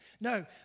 No